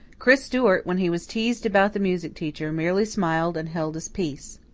chris stewart, when he was teased about the music teacher, merely smiled and held his peace.